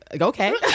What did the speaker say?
okay